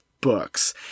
books